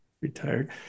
retired